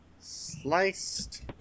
Sliced